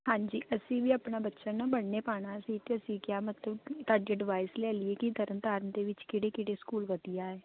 ਹਾਂਜੀ ਅਸੀਂ ਵੀ ਆਪਣਾ ਬੱਚਾ ਨਾ ਪੜ੍ਹਨੇ ਪਾਉਣਾ ਅਸੀਂ ਤਾਂ ਅਸੀਂ ਕਿਹਾ ਮਤਲਬ ਤੁਹਾਡੀ ਐਡਵਾਈਸ ਲੈ ਲਈਏ ਕਿ ਤਰਨ ਤਾਰਨ ਦੇ ਵਿੱਚ ਕਿਹੜੇ ਕਿਹੜੇ ਸਕੂਲ ਵਧੀਆ ਹੈ